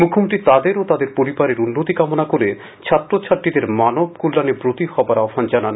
মুখ্যমন্ত্রী তাদের ও তাদের পরিবারের উন্নতি কামনা করে ছাত্র ছাত্রীদের মানব কল্যাণে ব্রতী হবার আহ্নান জানান